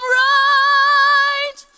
right